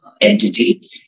entity